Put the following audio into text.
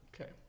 Okay